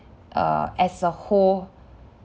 err as a whole